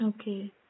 Okay